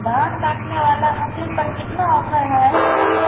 धान काटने वाला मसीन पर कितना ऑफर हाय?